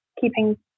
keeping